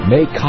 Make